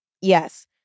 Yes